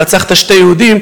רצחת שני יהודים,